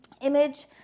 image